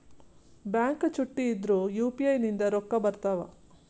Bank ಚುಟ್ಟಿ ಇದ್ರೂ UPI ನಿಂದ ರೊಕ್ಕ ಬರ್ತಾವಾ?